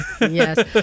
Yes